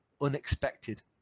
unexpected